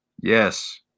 Yes